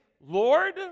Lord